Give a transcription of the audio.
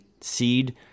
seed